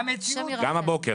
השם ירחם.